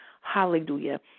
Hallelujah